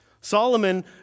Solomon